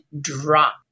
drop